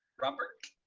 robert,